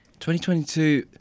2022